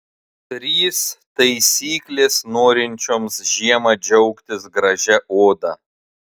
trys taisyklės norinčioms žiemą džiaugtis gražia oda